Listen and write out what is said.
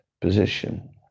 position